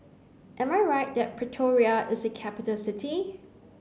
am I right that Pretoria is a capital city